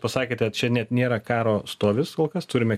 pasakėte čia net nėra karo stovis kol kas turime